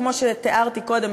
כמו שתיארתי קודם,